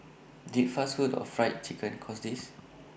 did fast food or Fried Chicken cause this